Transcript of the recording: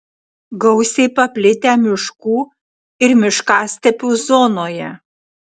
gausiai paplitę miškų ir miškastepių zonoje